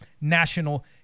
national